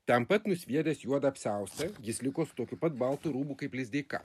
ten pat nusviedęs juodą apsiaustą jis liko su tokiu pat baltu rūbu kaip lizdeika